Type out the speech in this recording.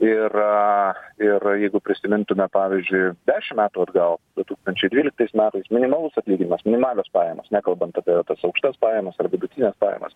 ir ir jeigu prisimintume pavyzdžiui dešim metų atgal du tūkstančiai dvyliktais metais minimalus atlyginimas minimalios pajamos nekalbant apie tas aukštas pajamas ar vidutines pajamas